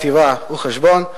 כתיבה וחשבון,